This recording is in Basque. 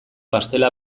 pastela